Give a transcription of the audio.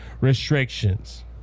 restrictions